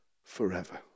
forever